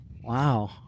Wow